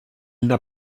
n’a